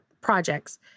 projects